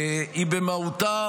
היא במהותה